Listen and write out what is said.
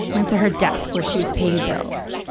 went to her desk where she was paying bills.